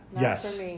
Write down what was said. yes